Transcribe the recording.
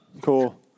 cool